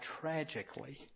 tragically